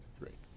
great